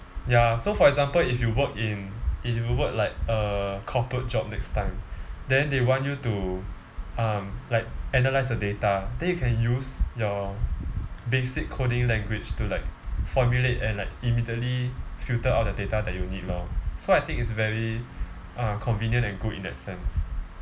ya so for example if you work in if you work like uh corporate job next time then they want you to um like analyse a data then you can use your basic coding language to like formulate and like immediately filter out the data that you need lor so I think it's very uh convenient and good in that sense